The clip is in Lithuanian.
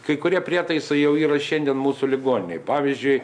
kai kurie prietaisai jau yra šiandien mūsų ligoninėj pavyzdžiui